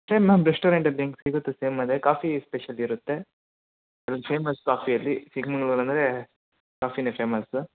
same ma'am ರೆಸ್ಟೋರೆಂಟಲ್ಲಿ ಹೆಂಗೆ ಸಿಗುತ್ತೆ ಸೇಮ್ ಅದೇ ಕಾಫಿ ಸ್ಪೆಷಲ್ ಇರುತ್ತೆ ಫೇಮಸ್ ಕಾಫಿಯಲ್ಲಿ ಚಿಕ್ಕಮಂಗ್ಳೂರ್ ಅಂದರೆ ಕಾಫಿನೆ ಫೇಮಸ್ಸು